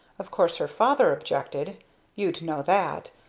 of course her father objected you'd know that.